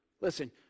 Listen